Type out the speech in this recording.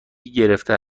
گرفته